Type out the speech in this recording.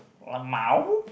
lmao